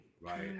Right